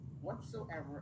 whatsoever